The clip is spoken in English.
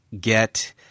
get